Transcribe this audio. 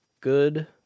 good